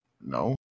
No